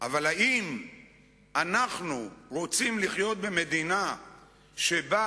אבל האם אנחנו רוצים לחיות במדינה שבה